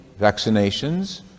vaccinations